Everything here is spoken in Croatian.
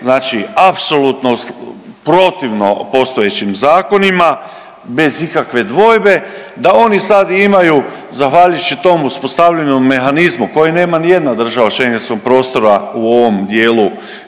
znači apsolutno protivno postojećim zakonima bez ikakve dvojbe, da oni sad imaju zahvaljujući tom uspostavljenom mehanizmu koja nema nijedna država u Schengenskom prostoru u ovom dijelu